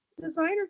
designers